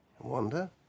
wonder